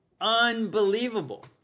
Unbelievable